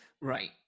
Right